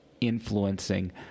influencing